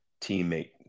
teammate